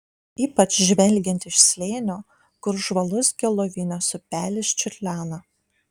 ypač žvelgiant iš slėnio kur žvalus gelovinės upelis čiurlena